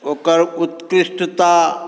ओकर उत्कृष्टता